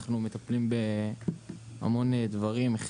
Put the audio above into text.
אנחנו מטפלים בהמון דברים.